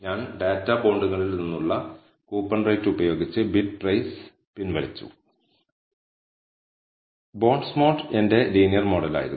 ഞാൻ ഡാറ്റാ ബോണ്ടുകളിൽ നിന്നുള്ള കൂപ്പൺ റേറ്റ് ഉപയോഗിച്ച് ബിഡ്പ്രൈസ് പിൻവലിച്ചു ബോണ്ട്സ്മോഡ് എന്റെ ലീനിയർ മോഡലായിരുന്നു